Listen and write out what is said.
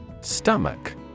Stomach